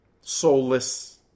soulless